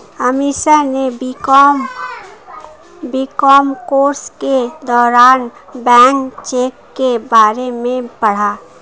अमीषा ने BCom course के दौरान बैंक चेक के बारे में पढ़ा